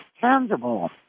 tangible